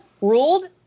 ruled